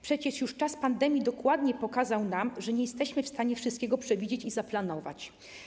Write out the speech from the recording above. Przecież już czas pandemii dokładnie pokazał nam, że nie jesteśmy w stanie wszystkiego przewidzieć i zaplanować.